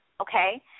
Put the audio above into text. okay